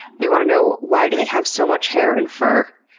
they want to know why do they have so much hair and fur?